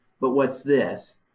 but what's this?